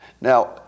Now